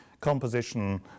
composition